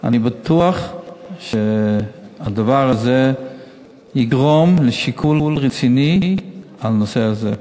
אני בטוח שהדבר הזה יגרום לשיקול רציני על הנושא הזה.